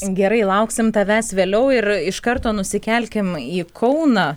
gerai lauksim tavęs vėliau ir iš karto nusikelkim į kauną